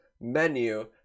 menu